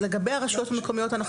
לגבי הרשויות המקומיות,